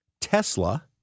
Tesla